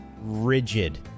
rigid